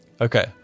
Okay